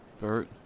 Bert